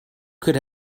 could